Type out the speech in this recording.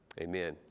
Amen